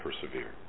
persevere